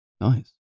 Nice